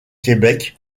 québec